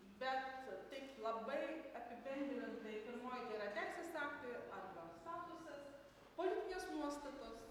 be taip labai apibendrintai pirmoji tai yra teisės aktai arba statusas politinės nuostatos